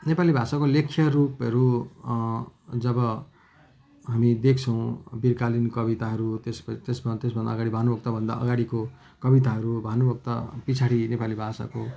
अब नेपाली भाषाको लेख्य रूपहरू जब हामी देख्छौँ वीरकालीन कविताहरू त्यस त्यसमा त्यस भन्दा अगाडि भानुभक्त भन्दा अगाडिको कविताहरू भानुभक्त पछाडि नेपाली भाषाको